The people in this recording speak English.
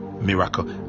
miracle